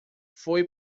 foi